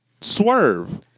swerve